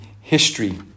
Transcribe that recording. history